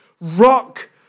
rock